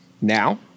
Now